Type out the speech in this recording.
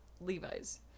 Levi's